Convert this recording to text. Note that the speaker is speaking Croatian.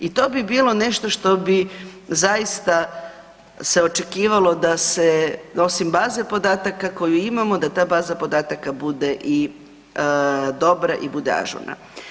I to bi bilo nešto što bi zaista se očekivalo da se osim baze podataka koju imamo da ta baza podataka bude i dobra i bude ažurna.